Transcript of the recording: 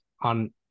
on